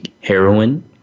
heroin